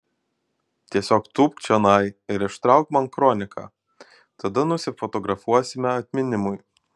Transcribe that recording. tiesiog tūpk čionai ir ištrauk man kroniką tada nusifotografuosime atminimui